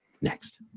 Next